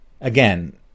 again